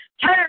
Turn